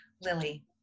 Lily